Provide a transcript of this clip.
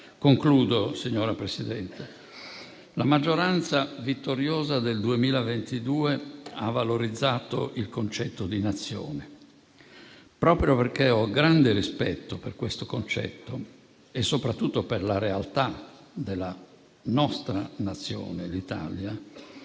Concludo, signora Presidente. La maggioranza vittoriosa del 2022 ha valorizzato il concetto di Nazione. Proprio perché ho grande rispetto per questo concetto e soprattutto per la realtà della nostra Nazione, l'Italia,